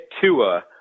Tua